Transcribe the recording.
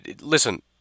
listen